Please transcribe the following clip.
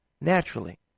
naturally